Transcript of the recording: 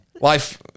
life